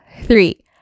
three